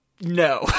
no